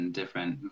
different